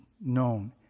known